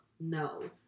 no